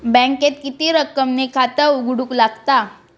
बँकेत किती रक्कम ने खाता उघडूक लागता?